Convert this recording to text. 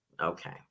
okay